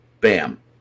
Bam